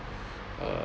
err